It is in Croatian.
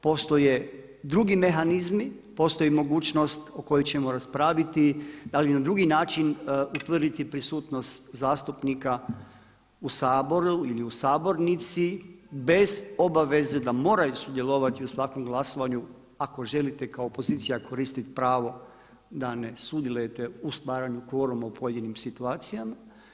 Postoje drugi mehanizmi, postoji mogućnost o kojoj ćemo raspraviti da li na drugi način utvrditi prisutnost zastupnika u Saboru ili u sabornici bez obaveze da moraju sudjelovati u svakom glasovanju ako želite kao opozicija koristiti pravo da ne sudjelujete u stvaranju kvoruma u pojedinim situacijama.